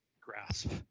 grasp